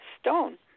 stone